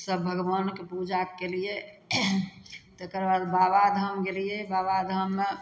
सब भगवानके पूजा कयलियै तकरबाद बाबाधाम गेलियै बाबाधाममे